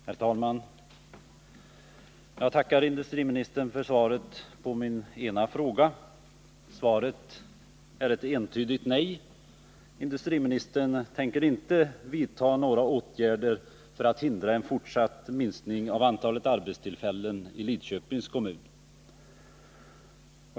Herr talman! Jag tackar industriministern för svaret på min ena fråga. Svaret är ett entydigt nej. Industriministern tänker inte vidta några åtgärder för att hindra en fortsatt minskning av antalet arbetstillfällen i Lidköpings kommun.